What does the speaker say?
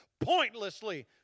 pointlessly